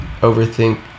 overthink